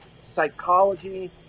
psychology